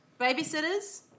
Babysitters